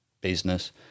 business